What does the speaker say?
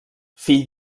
fill